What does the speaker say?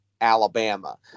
Alabama